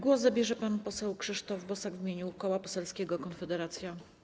Głos zabierze pan poseł Krzysztof Bosak w imieniu Koła Poselskiego Konfederacja.